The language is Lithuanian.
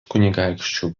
kunigaikščių